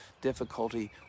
difficulty